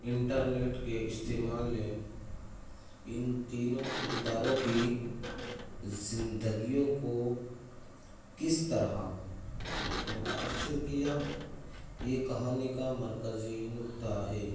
internet کے استعمال نے ان تینوں کرداروں کی زندگیوں کو کس طرح متاثر کیا یہ کہانی کا مرکزی نکتہ ہے